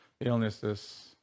illnesses